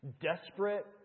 desperate